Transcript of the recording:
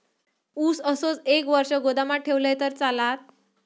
ऊस असोच एक वर्ष गोदामात ठेवलंय तर चालात?